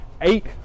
eight